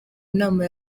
nama